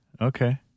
Okay